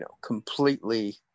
completely